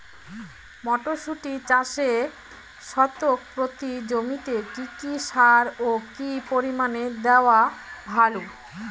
মটরশুটি চাষে শতক প্রতি জমিতে কী কী সার ও কী পরিমাণে দেওয়া ভালো?